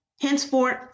Henceforth